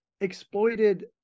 exploited